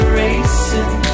racing